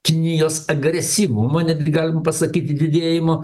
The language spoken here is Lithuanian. kinijos agresyvumo netgi galim pasakyt didėjimo